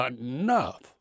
enough